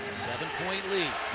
seven-point lead.